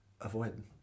avoid